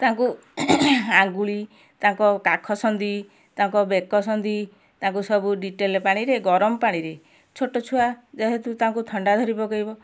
ତାଙ୍କୁ ଆଙ୍ଗୁଳି ତାଙ୍କ କାଖ ସନ୍ଦି ତାଙ୍କ ବେକ ସନ୍ଦି ତାକୁ ସବୁ ଡେଟଲ୍ ପାଣିରେ ଗରମ ପାଣିରେ ଛୋଟଛୁଆ ଯେହେତୁ ତାଙ୍କୁ ଥଣ୍ଡା ଧରିପକାଇବ